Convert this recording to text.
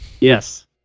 Yes